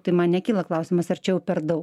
tai man nekyla klausimas ar čia jau per daug